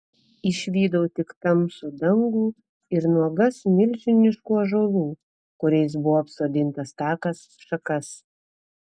išvydau tik tamsų dangų ir nuogas milžiniškų ąžuolų kuriais buvo apsodintas takas šakas